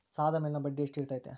ಸಾಲದ ಮೇಲಿನ ಬಡ್ಡಿ ಎಷ್ಟು ಇರ್ತೈತೆ?